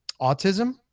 autism